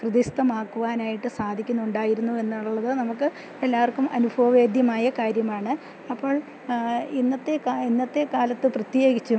ഹൃദിസ്ഥമാക്കുവാനായിട്ട് സാധിക്കുന്നുണ്ടായിരുന്നു എന്നുള്ളത് നമുക്ക് എല്ലാവർക്കും അനുഭവവേദ്യമായ കാര്യമാണ് അപ്പോൾ ഇന്നത്തെ ഇന്നത്തെ കാലത്ത് പ്രത്യേകിച്ചും